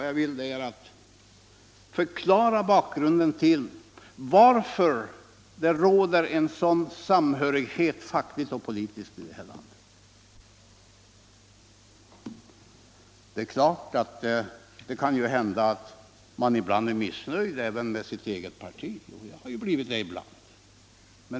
Jag har velat förklara bakgrunden till varför det råder en sådan samhörighet fackligt och politiskt i det här landet. Det är klart att man ibland är missnöjd äveh med sitt eget parti — det har jag varit ibland.